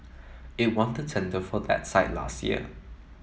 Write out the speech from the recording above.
it won the tender for that site last year